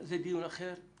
זה דיון אחר.